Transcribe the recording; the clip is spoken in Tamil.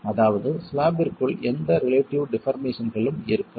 அதாவது ஸ்லாபிற்குள் எந்த ரிலேட்டிவ் டிபார்மேசன்களும் இருக்காது